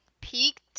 peaked